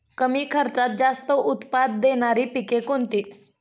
कमी खर्चात जास्त उत्पाद देणारी पिके कोणती?